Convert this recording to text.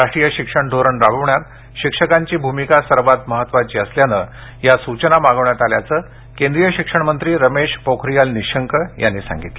राष्ट्रीय शिक्षण धोरण राबवण्यात शिक्षकांची भूमिका सर्वात महत्वाची असल्यानं या सूचना मागवण्यात आल्याच केंद्रीय शिक्षण मंत्री रमेश पोखारीयाल निशंक यांनी सांगितल